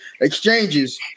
exchanges